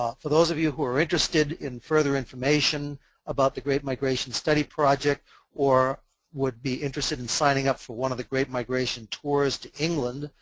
for those of you who are interested in further information about the great migration study project or would be interested in signing up for one of the great migration tours to england,